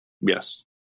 Yes